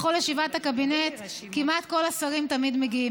לכל ישיבת הקבינט כמעט כל השרים תמיד מגיעים,